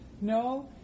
no